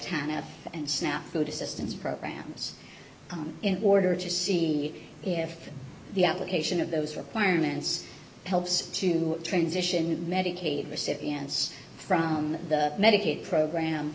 tanna and snap food assistance programs in order to see if the application of those requirements helps to transition medicaid recipients from the medicaid program